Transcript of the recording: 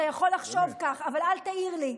אתה יכול לחשוב ככה, אבל אל תעיר לי.